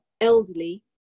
elderly